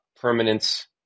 permanence